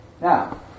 Now